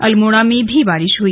अल्मोड़ा में भी बारिश हुई